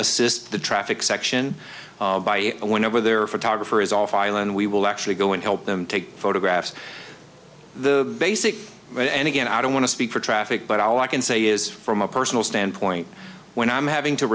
assist the traffic section by you whenever there photographer is off island we will actually go and help them take photographs the basic right and again i don't want to speak for traffic but all i can say is from a personal standpoint when i'm having to